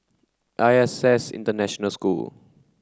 I S S International School